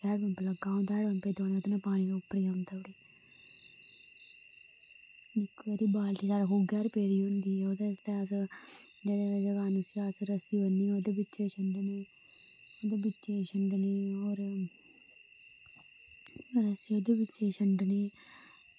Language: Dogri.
हैंडपंप लग्गे दा हैंडपंप दी जरूरत बी नेईं हैंडपंप लग्गे दा ते ओह् बाल्टी साढ़े खूहै पर पेदी होंदी ओह् ओह्दे आस्तै ते अस रस्सी ओह्दे बिच पाइयै छंडने होने ते ओह् बिच्चे गी छंडने होर रस्सी ओह्दे बिच्च छंडने